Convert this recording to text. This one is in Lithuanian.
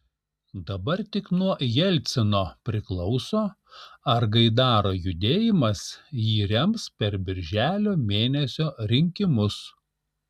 dabar tik nuo jelcino priklauso ar gaidaro judėjimas jį rems per birželio mėnesio rinkimus